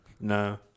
No